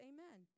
Amen